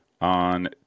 On